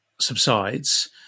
subsides